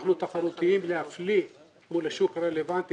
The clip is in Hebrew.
אנחנו תחרותיים להפליא מול השוק הרלוונטי,